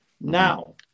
Now